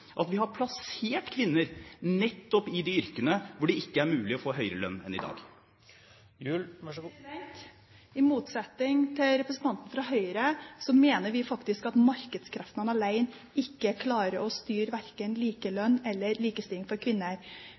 at vi har plassert kvinner nettopp i de yrkene hvor det ikke er mulig å få høyere lønn enn i dag? I motsetning til representanten fra Høyre mener vi faktisk at markedskreftene alene ikke klarer å styre verken likelønn eller likestilling for kvinner.